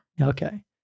Okay